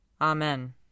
Amen